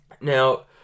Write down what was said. Now